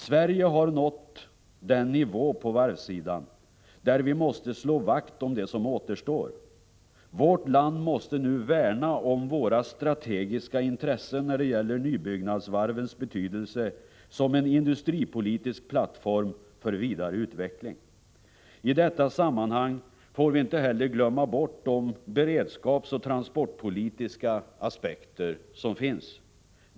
Sverige har nått den nivå på varvssidan där vi måste slå vakt om det som återstår. Vårt land måste nu värna om våra strategiska intressen när det gäller nybyggnadsvarvens betydelse som en industripolitisk plattform för vidare utveckling. I detta sammanhang får vi inte heller glömma bort de beredskapsoch transportpolitiska aspekter som finns.